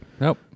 nope